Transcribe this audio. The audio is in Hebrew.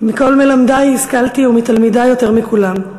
מכל מלמדי השכלתי, ומתלמידי יותר מכולם.